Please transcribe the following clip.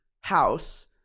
house